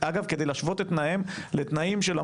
יודעת מה